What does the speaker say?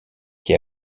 qui